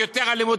יותר אלימות,